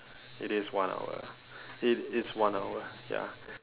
it is one hour it it is one hour ya